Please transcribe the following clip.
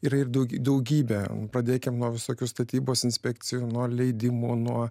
yra ir daugybę pradėkim nuo visokių statybos inspekcijų nuo leidimo nuo